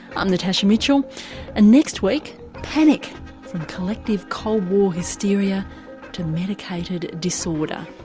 i'm natasha mitchell and next week panic from collective cold war hysteria to medicated disorder.